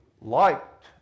liked